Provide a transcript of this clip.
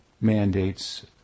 mandates